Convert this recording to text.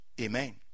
Amen